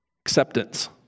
Acceptance